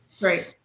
Right